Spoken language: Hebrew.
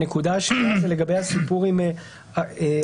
את הרעיון שעלה בממשלה למנוע את השימוש בבדיקות אנטיגן